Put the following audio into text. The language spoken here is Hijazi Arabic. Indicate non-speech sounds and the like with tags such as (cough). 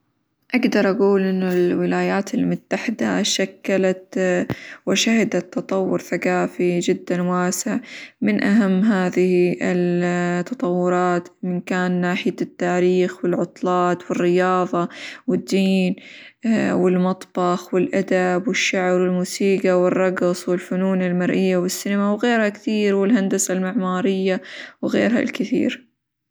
أقدر أقول إنه الولايات المتحدة شكلت، (hesitation) وشهدت تطور ثقافي جدًا واسع، من أهم هذه (hesitation) التطورات من كان ناحية التاريخ، والعطلات، والرياظة، والدين، (hesitation) والمطبخ، والأدب، والشعر، والموسيقى، والرقص، والفنون المرئية، والسينما، وغيرها كثير، والهندسة المعمارية، وغيرها الكثير.